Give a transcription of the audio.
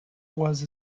was